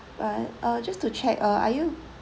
but uh just to check uh are you